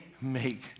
make